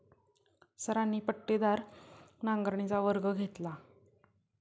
सरांनी पट्टीदार नांगरणीचा वर्ग घेतला